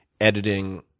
editing